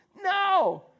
No